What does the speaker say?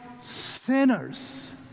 sinners